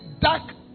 dark